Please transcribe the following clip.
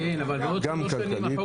--- גם כלכלית.